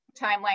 Timeline